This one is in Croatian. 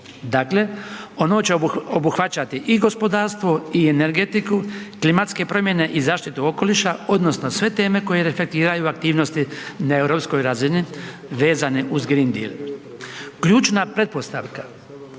Dakle, ono će obuhvaćati i gospodarstvo i energetiku, klimatske promjene i zaštitu okoliša odnosno sve teme koje reflektiraju aktivnosti na europskoj razini vezane uz Green Deal. Ključna pretpostavka